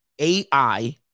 AI